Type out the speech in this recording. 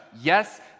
Yes